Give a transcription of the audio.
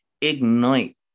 Ignite